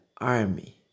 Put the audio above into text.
army